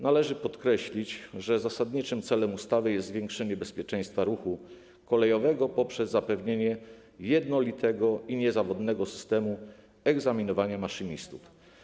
Należy podkreślić, że zasadniczym celem ustawy jest zwiększenie bezpieczeństwa ruchu kolejowego poprzez zapewnienie jednolitego i niezawodnego systemu egzaminowania maszynistów.